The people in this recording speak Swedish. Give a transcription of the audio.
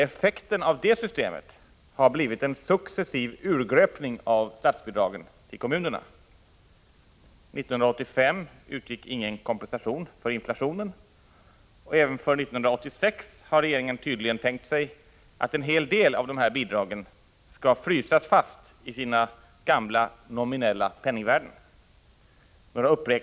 Effekten av det systemet har blivit en successiv urgröpning av statsbidragen till kommunerna. 1985 utgick ingen kompensation för inflationen, och även för 1986 har regeringen tydligen tänkt sig att en hel del av de här bidragen skall frysas fast i sina gamla nominella penningvärden.